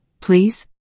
please